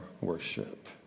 worship